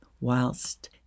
whilst